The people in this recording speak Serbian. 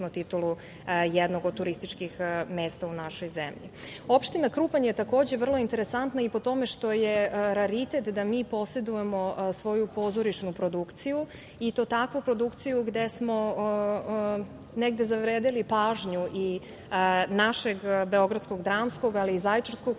titulu jednog od turističkih mesta u našoj zemlji. Opština Krupanj je takođe vrlo interesantna i po tome što je raritet da mi posedujemo svoju pozorišnu produkciju i to takvu produkciju gde smo negde zavredeli pažnju i našeg BDP, ali i Zaječarskog